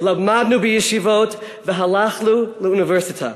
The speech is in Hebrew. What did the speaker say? למדנו בישיבות והלכנו לאוניברסיטה.